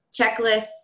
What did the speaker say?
checklists